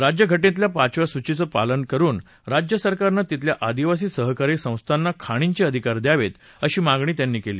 राज्यघटनेतल्या पाचव्या सूचीचं पालन करुन राज्यसरकारनं तिथल्या आदिवासी सहकारी संस्थांना खाणींचे अधिकार द्यावेत अशी मागणी त्यांनी केली